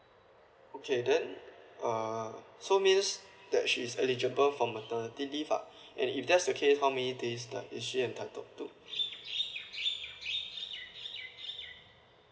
okay then uh so means that she is eligible for maternity leave lah and if that's the case how many days does she entitled to